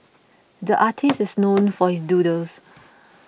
the artist is known for his doodles